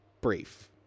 brief